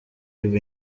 iba